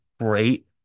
great